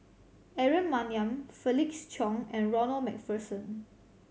Aaron Maniam Felix Cheong and Ronald Macpherson